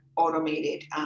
automated